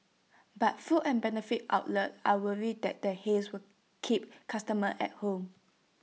but food and beverage outlets are worried that the haze will keep customers at home